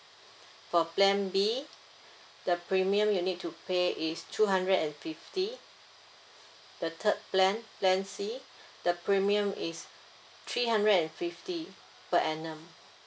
so plan B the premium you need to pay is two hundred and fifty the third plan plan C the premium is three hundred and fifty per annum